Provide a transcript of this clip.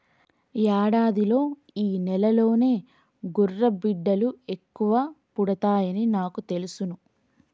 యాడాదిలో ఈ నెలలోనే గుర్రబిడ్డలు ఎక్కువ పుడతాయని నాకు తెలుసును